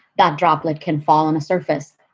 that droplet can fall on a surface,